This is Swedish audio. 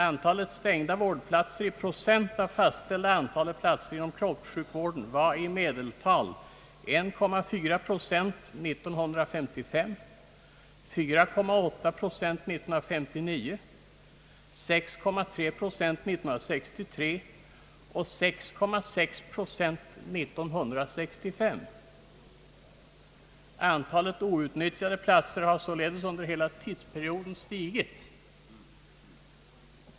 Antalet stängda vårdplatser i procent av fastställda antalet platser inom kroppssjukvården var i medeltal 1,4 procent år 1955, 4,8 procent år 1959, 6,3 procent år 1963 och 6,6 procent år 1965. Antalet outnyttjade platser har således stigit under hela perioden.